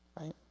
Right